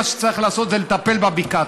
מה שצריך לעשות זה לטפל בבקעה.